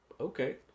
okay